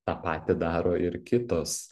tą patį daro ir kitos